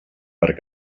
per